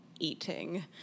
eating